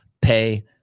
Pay